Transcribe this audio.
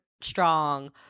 strong